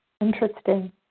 Interesting